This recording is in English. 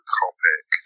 topic